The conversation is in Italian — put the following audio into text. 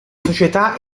società